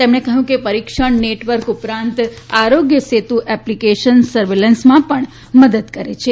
તેમણે કહ્યું કે પરીક્ષણ નેટવર્ક ઉપરાંત આરોગ્ય સેતુ એપ્લિકેશન સર્વેલન્સમાં પણ મદદ કરે છે